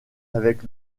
avec